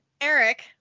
Eric